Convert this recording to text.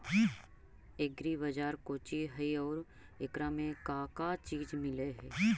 Agri बाजार कोची हई और एकरा में का का चीज मिलै हई?